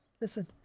listen